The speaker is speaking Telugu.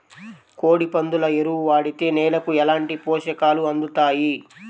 కోడి, పందుల ఎరువు వాడితే నేలకు ఎలాంటి పోషకాలు అందుతాయి